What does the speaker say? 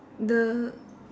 the